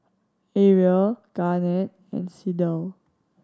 Ariel Garnett and Sydell